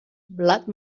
blat